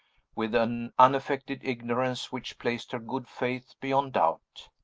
with an unaffected ignorance which placed her good faith beyond doubt.